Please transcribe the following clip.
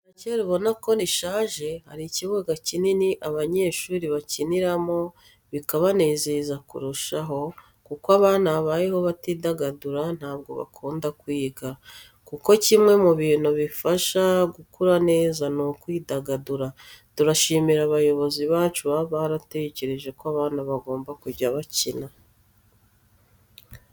Ishuri rya kera ubona ko rishaje, hari ikibuga kinini abanyeshuri bakiniramo bikabanezeza kurushaho, kuko abana babayeho batidagadura ntabwo bakunda kwiga, kuko kimwe mu bintu bibafasha gukura neza ni ukwidagadura. Twashimira abayobozi bacu baba baratekereje ko abana bagomba kujya bakina.